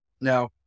now